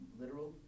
literal